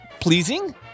pleasing